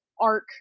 arc